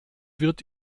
wird